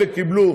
אלה קיבלו